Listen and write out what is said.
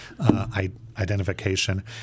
identification